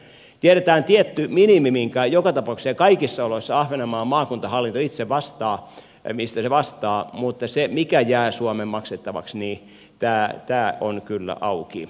tiedetään tietty minimi mistä joka tapauksessa ja kaikissa oloissa ahvenanmaan maakuntahallinto itse vastaa mutta se mikä jää suomen maksettavaksi on kyllä auki